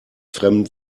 fremden